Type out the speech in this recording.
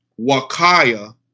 Wakaya